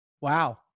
Wow